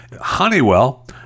Honeywell